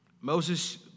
Moses